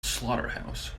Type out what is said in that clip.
slaughterhouse